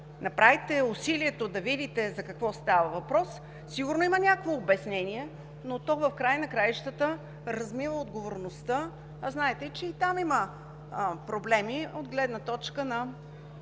направите усилието да видите за какво става въпрос, сигурно има някакво обяснение, но то в края на краищата размива отговорността, а знаете, че и там има проблеми от гледна точка на